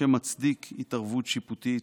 שמצדיק התערבות שיפוטית,